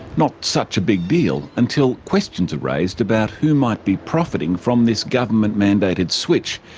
not such a big deal until questions are raised about who might be profiting from this government mandated switch,